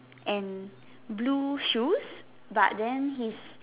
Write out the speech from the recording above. and blue shoes but then his